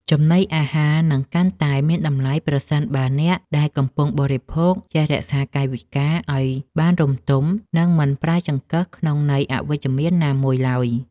ចំណីអាហារនឹងកាន់តែមានតម្លៃប្រសិនបើអ្នកដែលកំពុងបរិភោគចេះរក្សាកាយវិការឱ្យបានរម្យទមនិងមិនប្រើចង្កឹះក្នុងន័យអវិជ្ជមានណាមួយឡើយ។